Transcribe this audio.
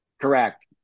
Correct